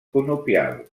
conopial